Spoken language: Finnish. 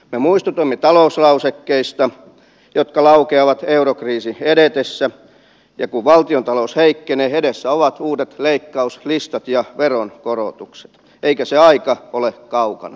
me muistutimme talouslausekkeista jotka laukeavat eurokriisin edetessä ja kun valtiontalous heikkenee edessä ovat uudet leikkauslistat ja veronkorotukset eikä se aika ole kaukana